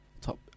top